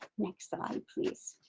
next slide please.